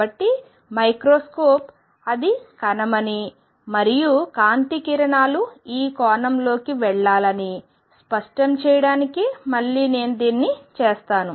కాబట్టి మైక్రోస్కోప్ అది కణమని మరియు కాంతి కిరణాలు ఈ కోణంలోకి వెళ్లాలని స్పష్టం చేయడానికి మళ్లీ నేను దీన్ని చేస్తాను